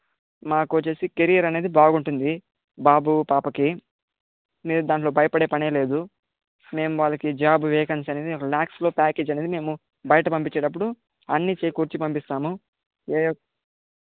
మాకు వచ్చేసి కెరియర్ అనేది బాగుంటుంది బాబు పాపకి మీరు దాంట్లో భయపడే పనే లేదు మేం వాళ్ళకి జాబ్ వేకన్సీ అనేది మేము ల్యాక్స్లో ప్యాకేజ్ అనేది మేము బయట పంపించేటప్పుడు అన్నీ చేకూర్చి పంపిస్తాము ఏ యొక్క